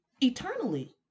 eternally